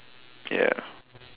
ya